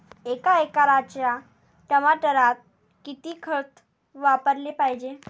एका एकराच्या टमाटरात किती खत वापराले पायजे?